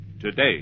today